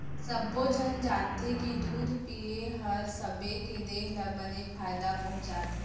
सब्बो झन जानथें कि दूद पिए हर सबे के देह ल बने फायदा पहुँचाथे